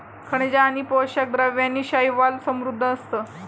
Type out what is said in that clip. खनिजे आणि पोषक द्रव्यांनी शैवाल समृद्ध असतं